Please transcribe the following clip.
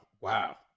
Wow